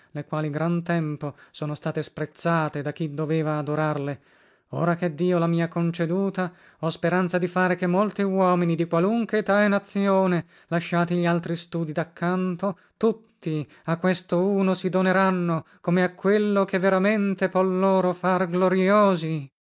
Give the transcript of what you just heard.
le quali gran tempo sono state sprezzate da chi doveva adorarle ora che dio la mi ha conceduta ho speranza di fare che molti uomini di qualunche età e nazione lasciati gli altri studi da canto tutti a questo uno si doneranno come a quello che veramente pò loro far gloriosi